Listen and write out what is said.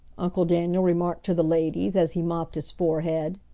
uncle daniel remarked to the ladies, as he mopped his forehead.